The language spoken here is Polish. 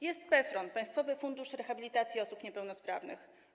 Jest PFRON, Państwowy Fundusz Rehabilitacji Osób Niepełnosprawnych.